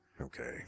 Okay